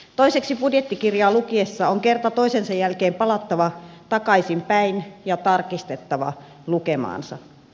toiseksi budjettikirjaa lukiessa on kerta toisensa jälkeen palattava takaisinpäin ja tarkistettava lukemaansa